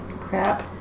Crap